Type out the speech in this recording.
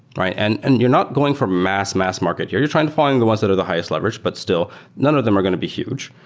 and and you're not going for mass, mass market. you're you're trying to find the ones that are the highest leverage, but still none of them are going to be huge.